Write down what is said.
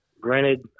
granted